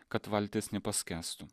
kad valtis nepaskęstų